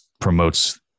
promotes